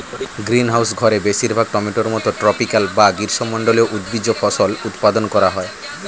greenhouse ঘরে বেশিরভাগ টমেটোর মতো ট্রপিকাল বা গ্রীষ্মমন্ডলীয় উদ্ভিজ্জ ফল উৎপাদন করা হয়